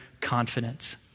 confidence